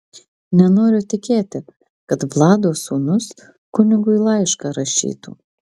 nenoriu tikėti kad vlado sūnūs kunigui laišką rašytų